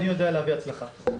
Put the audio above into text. אני יודע להביא הצלחה.